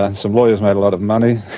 ah and some lawyers made a lot of money,